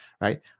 right